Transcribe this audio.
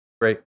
Great